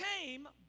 came